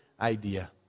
idea